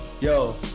Yo